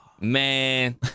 man